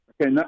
Okay